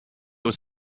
was